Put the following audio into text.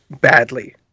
badly